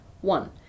One